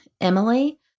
Emily